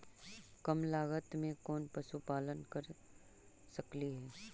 कम लागत में कौन पशुपालन कर सकली हे?